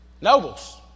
Nobles